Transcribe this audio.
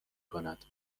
کند